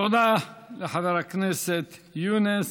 תודה לחבר הכנסת יונס.